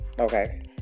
Okay